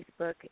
Facebook